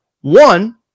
One